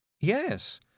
Yes